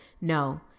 No